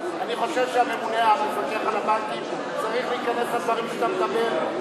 אני חושב שהמפקח על הבנקים צריך להיכנס לדברים שאתה מדבר עליהם,